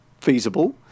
feasible